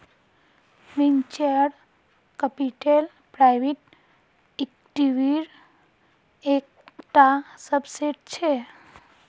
venture capital private इक्विटीर एक टा सबसेट छे